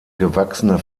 gewachsene